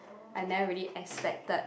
I never really expected